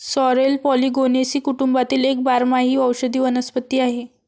sorrel Polygonaceae कुटुंबातील एक बारमाही औषधी वनस्पती आहे